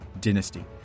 dynasty